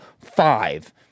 Five